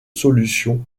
solutions